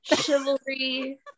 chivalry